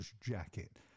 jacket